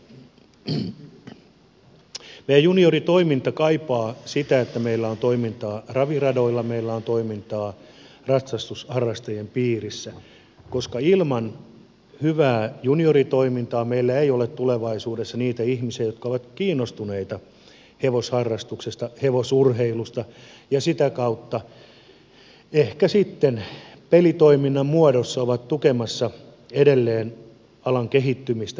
meidän junioritoiminta kaipaa sitä että meillä on toimintaa raviradoilla meillä on toimintaa ratsastusharrastajien piirissä koska ilman hyvää junioritoimintaa meillä ei ole tulevaisuudessa niitä ihmisiä jotka ovat kiinnostuneita hevosharrastuksesta hevosurheilusta ja sitä kautta ehkä sitten pelitoiminnan muodossa ovat tukemassa edelleen alan kehittymistä jatkossa